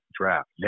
draft